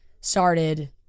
started